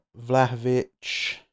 Vlahovic